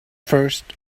first